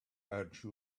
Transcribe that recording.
urge